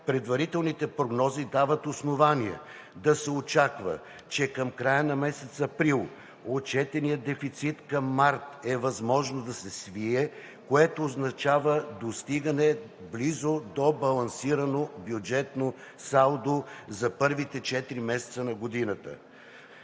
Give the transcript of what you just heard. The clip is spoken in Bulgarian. Предварителните прогнози дават основание да се очаква, че към края на месец април отчетеният дефицит към месец март е възможно да се свие, което означава достигане близо до балансирано бюджетно салдо за първите четири месеца на годината,